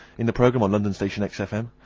in the program on london station xfm.